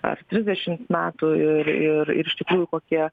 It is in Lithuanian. ar trisdešimt metų ir ir ir iš tikrųjų kokie